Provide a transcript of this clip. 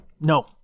No